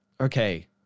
okay